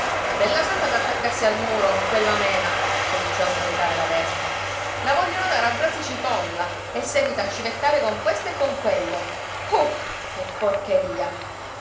bella santa da attaccarsi al muro quella mena cominciò a sbraitare la vespa la vogliono dare a brasi cipolla e seguita a civettare con questo e con quello puh che porcheria